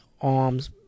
arms